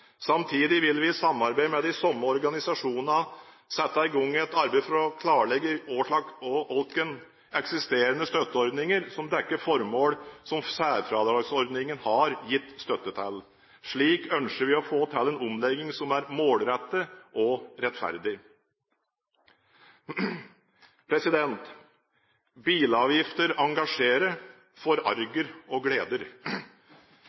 samme organisasjoner sette i gang et arbeid for å klarlegge hvilke eksisterende støtteordninger som dekker formål som særfradragsordningen har gitt støtte til. Slik ønsker vi å få til en omlegging som er målrettet og rettferdig. Bilavgifter engasjerer,